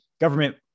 government